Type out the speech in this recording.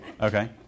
Okay